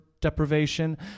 deprivation